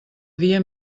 dia